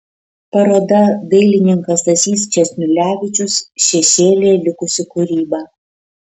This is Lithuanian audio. paroda dailininkas stasys sčesnulevičius šešėlyje likusi kūryba